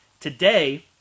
Today